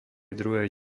druhej